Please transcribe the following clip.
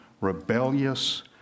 rebellious